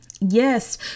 Yes